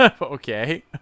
Okay